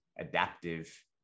adaptive